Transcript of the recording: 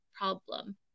problem